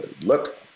look